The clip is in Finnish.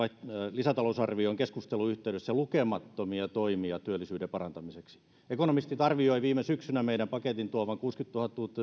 lisätalousarviokeskustelun yhteydessä lukemattomia toimia työllisyyden parantamiseksi ekonomistit arvioivat viime syksynä meidän pakettimme tuovan kuusikymmentätuhatta uutta